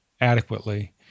adequately